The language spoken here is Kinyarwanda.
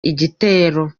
igitero